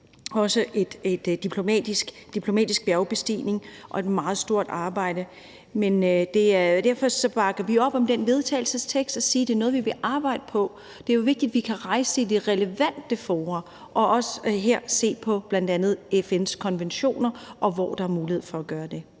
kræve en diplomatisk bjergbestigning og et meget stort arbejde. Men derfor bakker vi op om vedtagelsesteksten, der siger, at det er noget, vi vil arbejde på. Det er jo vigtigt, at vi kan rejse det i de relevante fora og også her se på bl.a. FN's konventioner, og hvor der er mulighed for at gøre det.